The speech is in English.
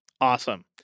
Awesome